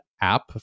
app